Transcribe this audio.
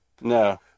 No